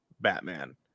Batman